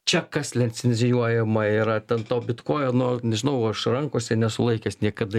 čia kas licenzijuojama yra ten to bitkoino nežinau aš rankose nesu laikęs niekada